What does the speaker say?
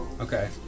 Okay